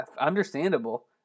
understandable